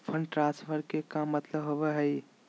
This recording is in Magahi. फंड ट्रांसफर के का मतलब होव हई?